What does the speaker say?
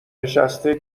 نشسته